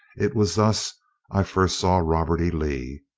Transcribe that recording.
it was thus i first saw robert e. lee.